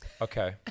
Okay